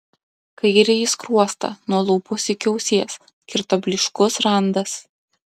kairįjį skruostą nuo lūpos iki ausies kirto blyškus randas